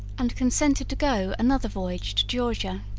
and consented to go another voyage to georgia,